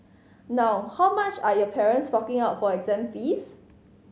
now how much are your parents forking out for exam fees